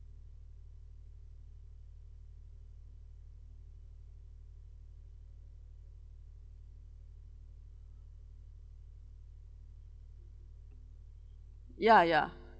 ya ya